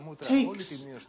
takes